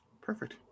perfect